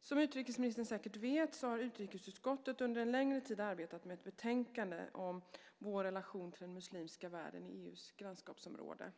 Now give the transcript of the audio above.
Som utrikesministern säkert vet har utrikesutskottet under en längre tid arbetat med ett betänkande om vår relation till den muslimska världen i EU:s grannskapsområde.